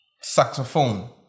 Saxophone